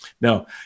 Now